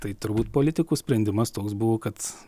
tai turbūt politikų sprendimas toks buvo kad